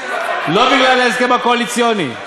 לא בגלל ההסכם הקואליציוני,